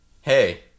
Hey